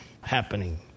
happening